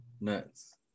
nuts